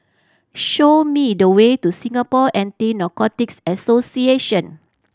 show me the way to Singapore Anti Narcotics Association